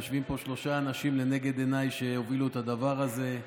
יושבים פה שלושה אנשים לנגד עיניי שהובילו את הדבר הזה,